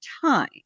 time